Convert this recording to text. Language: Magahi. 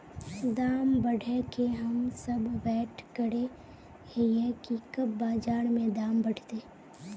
दाम बढ़े के हम सब वैट करे हिये की कब बाजार में दाम बढ़ते?